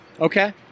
Okay